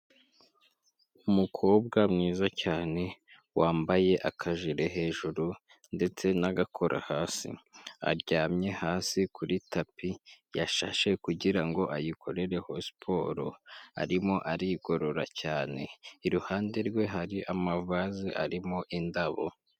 Umukobwa mwiza cyane, wambaye akajire hejuru ndetse n'agakora hasi. Aryamye hasi kuri tapi yashashe kugira ngo ayikorereho siporo. Arimo arigorora cyane. Iruhande rwe hari amavaze arimo indabo.